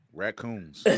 raccoons